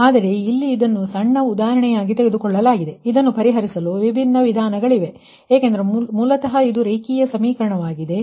ಆದರೆ ಇಲ್ಲಿ ಇದನ್ನು ಸಣ್ಣ ಉದಾಹರಣೆಯಾಗಿ ತೆಗೆದುಕೊಳ್ಳಲಾಗಿದೆ ಇದನ್ನು ಪರಿಹರಿಸಲು ವಿಭಿನ್ನ ವಿಧಾನಗಳಿವೆ ಏಕೆಂದರೆ ಮೂಲತಃ ಇದು ರೇಖೀಯ ಸಮೀಕರಣವಾಗಿದೆ ಇದು ರೇಖೀಯ ಸಮೀಕರಣ ಅಲ್ಲವೇ